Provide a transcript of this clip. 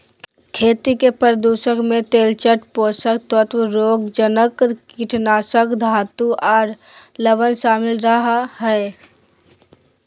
खेती के प्रदूषक मे तलछट, पोषक तत्व, रोगजनक, कीटनाशक, धातु आर लवण शामिल रह हई